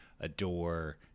adore